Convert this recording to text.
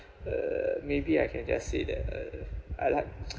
uh maybe I can just say that uh I like